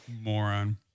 moron